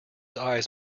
eyes